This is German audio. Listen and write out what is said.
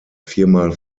viermal